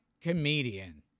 comedian